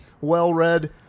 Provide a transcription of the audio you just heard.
well-read